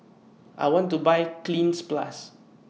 I want to Buy Cleanz Plus